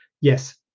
Yes